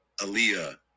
Aaliyah